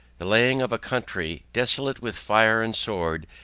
the laying of a country desolate with fire and sword,